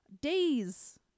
days